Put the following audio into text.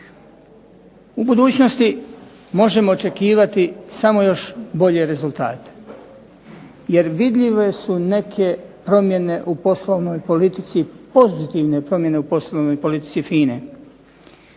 U budućnosti možemo očekivati samo još bolje rezultate. Jer vidljive su neke promjene u poslovnoj politici pozitivne promjene u poslovnoj politici FINA-e.